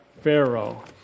Pharaoh